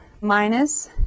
minus